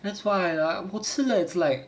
that's why lah 不吃 lah it's like